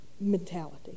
mentality